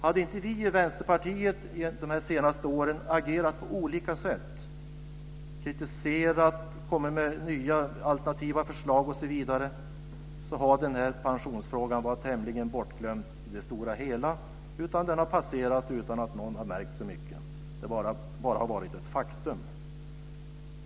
Hade inte vi i Vänsterpartiet de senaste åren agerat på olika sätt - kritiserat, kommit med nya alternativa förslag osv. - hade den här pensionsfrågan varit tämligen bortglömd i det stora hela och passerat utan att någon märkt så mycket. Det hade bara varit ett faktum.